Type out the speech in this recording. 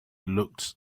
looked